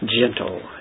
Gentle